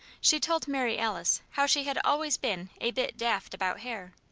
she told mary alice how she had always been a bit daft about hair.